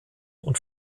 und